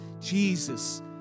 Jesus